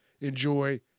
Enjoy